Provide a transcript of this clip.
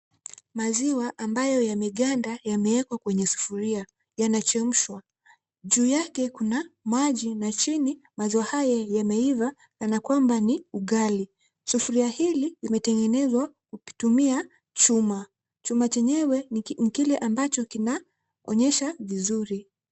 Maziwa ambayo yameganda yamewekwa kwenye sufuria, yanachemshwa. Juu yake kuna maji na chini maziwa haya yameiva kana kwamba ni ugali. Sufuria hili limetengenezwa ukitumia chuma. Chuma chenyewe ni kile ambacho kinaonyesha vizuri.